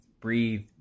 breathe